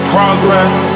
Progress